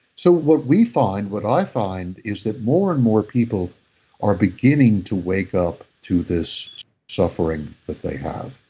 so, what we find, what i find is that more and more people are beginning to wake up to this suffering that they have.